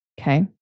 Okay